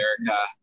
america